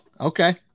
Okay